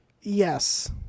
Yes